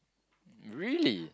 really